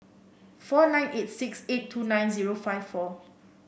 four nine eight six eight two nine zero five four